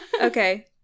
Okay